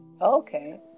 Okay